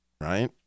right